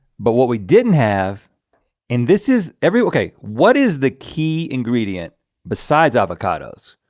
but what we didn't have and this is every. okay what is the key ingredient besides avocados?